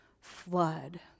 flood